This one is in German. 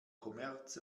kommerz